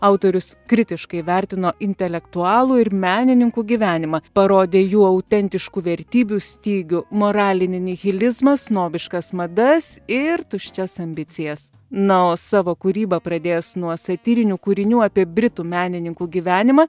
autorius kritiškai vertino intelektualų ir menininkų gyvenimą parodė jų autentiškų vertybių stygių moralinį nihilizmą snobiškas madas ir tuščias ambicijas na o savo kūrybą pradėjęs nuo satyrinių kūrinių apie britų menininkų gyvenimą